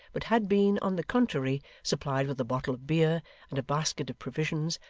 but had been, on the contrary, supplied with a bottle of beer and a basket of provisions,